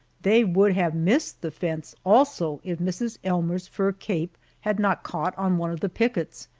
they would have missed the fence also if mrs. elmer's fur cape had not caught on one of the pickets,